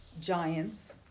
giants